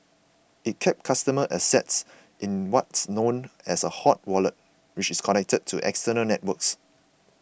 it kept customer assets in what's known as a hot wallet which is connected to external networks